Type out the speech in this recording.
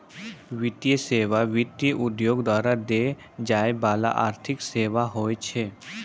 वित्तीय सेवा, वित्त उद्योग द्वारा दै जाय बाला आर्थिक सेबा होय छै